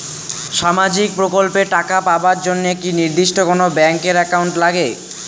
সামাজিক প্রকল্পের টাকা পাবার জন্যে কি নির্দিষ্ট কোনো ব্যাংক এর একাউন্ট লাগে?